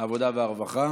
העבודה והרווחה.